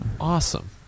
awesome